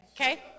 Okay